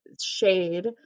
shade